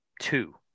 two